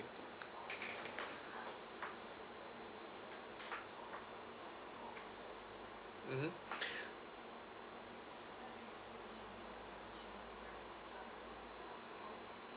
mmhmm